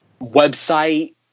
website